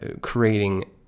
creating